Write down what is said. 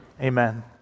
Amen